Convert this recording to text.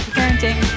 parenting